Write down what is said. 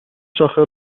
شاخه